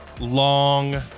long